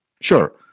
Sure